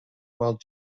while